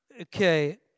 Okay